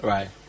Right